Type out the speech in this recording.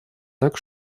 так